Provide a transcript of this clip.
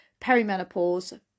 perimenopause